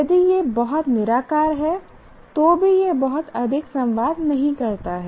यदि यह बहुत निराकार है तो भी यह बहुत अधिक संवाद नहीं करता है